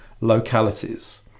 localities